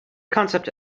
concept